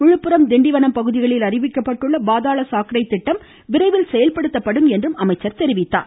விழுப்புரம் திண்டிவனம் பகுதிகளில் அறிவிக்கப்பட்டுள்ள பாதாள சாக்கடை திட்டம் விரைவில் செயல்படுத்தப்படும் என்றும் அமைச்சர் தெரிவித்தார்